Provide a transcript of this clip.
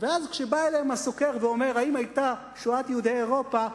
ואז כשבא אליהם הסוקר ושואל: האם היתה שואת יהודי אירופה?